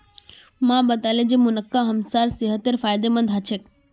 माँ बताले जे मुनक्का हमसार सेहतेर फायदेमंद ह छेक